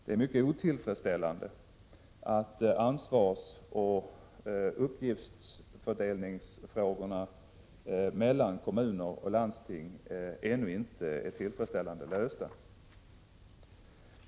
Det är mycket otillfredsställande att ansvarsoch uppgiftsfördelningsfrågorna mellan kommuner och landsting ännu inte är tillfredsställande lösta.